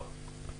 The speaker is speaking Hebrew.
לא,